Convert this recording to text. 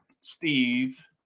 Steve